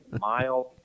Miles